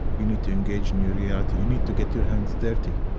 you need to engage in your reality you need to get your hands dirty.